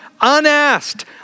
unasked